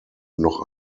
noch